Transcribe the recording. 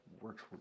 works